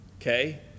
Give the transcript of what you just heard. Okay